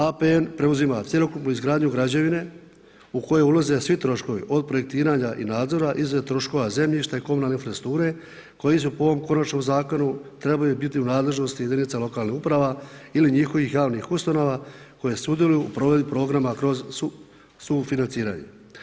APN preuzima cjelokupnu izgradnju građevine u koju ulaze svi troškovi od projektiranja i nadzora, izrada troškova zemljišta i komunalne infrastrukture koji su po ovom konačnom zakonu trebaju biti u nadležnosti jedinica lokalnih uprava ili njihovih javnih ustanova koje sudjeluju u provedbi programa kroz sufinanciranje.